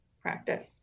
practice